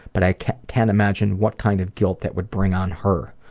but i can't can't imagine what kind of guilt that would bring on her.